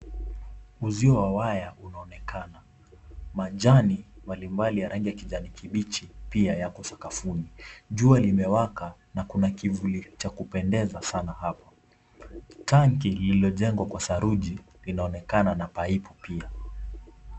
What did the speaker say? Uzio wa waya unaonekana. Majani mbalimbali ya rangi ya kijani kibichi pia yako sakafuni. Jua limewaka na kuna kivuli cha kupendeza sana hapa. Tanki iliyojengwa kwa saruji, linaonekana na paipu pia.